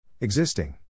Existing